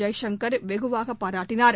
ஜெயசங்கர் வெகுவாக பாராட்டினார்